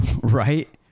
right